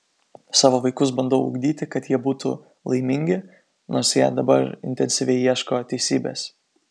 savo vaikus bandau ugdyti kad jie būtų laimingi nors jie dabar intensyviai ieško teisybės